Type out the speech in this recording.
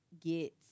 get